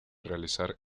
realizar